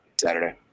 Saturday